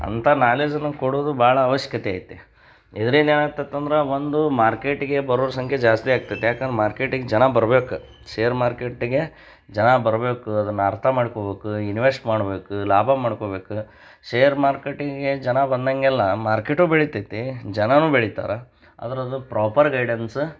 ಅಂಥ ನಾಲೆಜನ್ನು ಕೊಡೋದು ಭಾಳ ಅವಶ್ಯಕತೆ ಐತೆ ಇದರಿಂದ ಏನಾಗ್ತತಿ ಅಂದ್ರೆ ಒಂದು ಮಾರ್ಕೇಟಿಗೆ ಬರೋವ್ರ ಸಂಖ್ಯೆ ಜಾಸ್ತಿ ಆಗ್ತದೆ ಯಾಕಂದ್ರೆ ಮಾರ್ಕೇಟಿಗೆ ಜನ ಬರ್ಬೇಕು ಷೇರ್ ಮಾರ್ಕೇಟಿಗೆ ಜನ ಬರಬೇಕು ಅದನ್ನ ಅರ್ಥ ಮಾಡ್ಕೊಬೇಕು ಇನ್ವೆಶ್ಟ್ ಮಾಡ್ಬೇಕು ಲಾಭ ಮಾಡ್ಕೊಬೇಕು ಷೇರ್ ಮಾರ್ಕೇಟಿಗೆ ಜನ ಬಂದಂಗೆಲ್ಲ ಮಾರ್ಕೇಟೂ ಬೆಳಿತೈತಿ ಜನನೂ ಬೆಳಿತಾರೆ ಅದರಲ್ಲೂ ಪ್ರಾಪರ್ ಗೈಡೆನ್ಸ